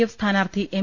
F സ്ഥാനാർത്ഥി M